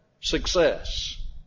success